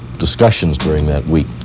discussions during that week